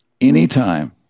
Anytime